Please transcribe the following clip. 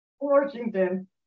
Washington